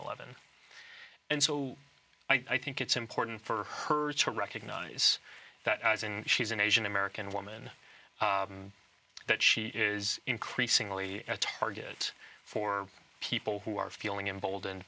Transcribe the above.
eleven and so i think it's important for her to recognize that she's an asian american woman that she is increasingly a target for people who are feeling embolden